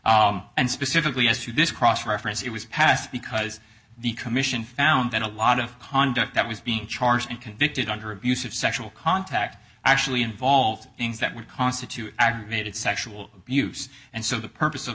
and specifically as to this cross reference it was passed because the commission found that a lot of conduct that was being charged and convicted under abuse of sexual contact actually involved ins that would constitute aggravated sexual abuse and so the purpose of